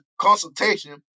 consultation